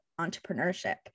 entrepreneurship